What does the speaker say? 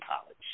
college